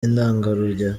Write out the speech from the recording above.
intangarugero